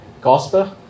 gospel